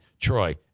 Troy